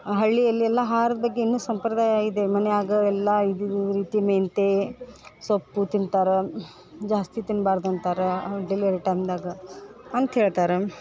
ಹಳ್ಳಿಯಲ್ಲಿ ಎಲ್ಲ ಆಹಾರದ ಬಗ್ಗೆ ಇನ್ನೂ ಸಂಪ್ರದಾಯ ಇದೆ ಮನೆಯಾಗ ಎಲ್ಲ ಇದು ರೀತಿ ಮೆಂತ್ಯೆ ಸೊಪ್ಪು ತಿಂತಾರೆ ಜಾಸ್ತಿ ತಿನ್ಬಾರ್ದು ಅಂತಾರ್ ಡೆಲಿವರಿ ಟೈಮ್ದಾಗ ಅಂತ ಹೇಳ್ತಾರೆ